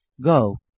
go